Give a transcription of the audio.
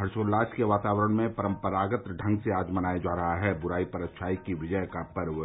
हर्षोल्लास के वातावरण में परम्परागत ढंग से आज मनाया जा रहा है बुराई पर अच्छाई की विजय का पर्व